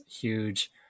huge